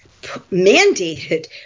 mandated